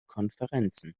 konferenzen